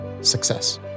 success